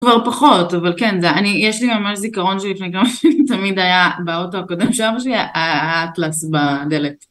כבר פחות אבל כן זה אני, יש לי ממש זיכרון שלפני כמה שנים תמיד היה באוטו הקודם של אבא שלי היה האטלס בדלת.